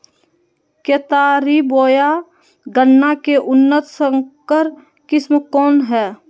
केतारी बोया गन्ना के उन्नत संकर किस्म कौन है?